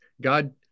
God